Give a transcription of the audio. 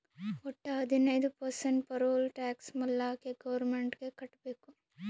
ವಟ್ಟ ಹದಿನೈದು percent payroll tax ಮಾಲ್ಲಾಕೆ ಗೌರ್ಮೆಂಟ್ಗ್ ಕಟ್ಬೇಕ್